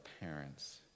parents